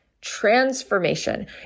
transformation